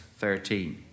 13